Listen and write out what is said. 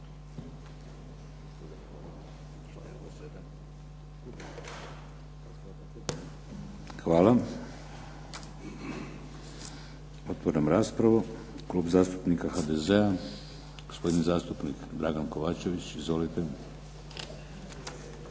Hvala. Otvaram raspravu. Klub zastupnika HDZ-a, gospodin zastupnik Dragan Kovačević. Izvolite.